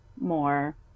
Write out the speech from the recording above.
more